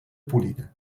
polida